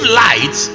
light